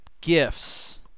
gifts